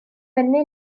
synnu